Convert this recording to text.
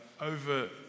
over